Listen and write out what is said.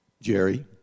Jerry